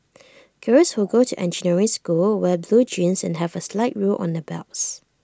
girls who go to engineering school wear blue jeans and have A slide rule on their belts